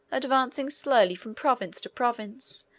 advancing slowly from province to province,